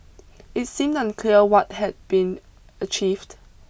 it seemed unclear what had been achieved